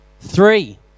Three